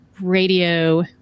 radio